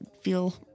feel